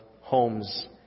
Homes